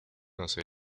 hacer